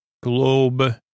Globe